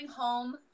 home